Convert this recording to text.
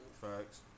Facts